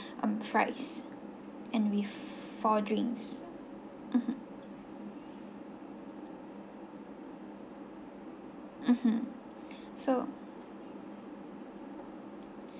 um fries and with four drinks mmhmm mmhmm so